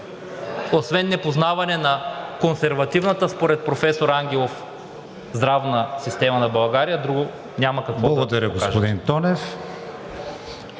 освен непознаване на консервативната според професор Ангелов здравна система на България, друго няма какво да кажа. ПРЕДСЕДАТЕЛ